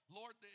Lord